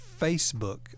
Facebook